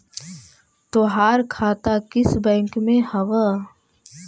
तोहार खाता किस बैंक में हवअ